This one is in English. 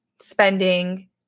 spending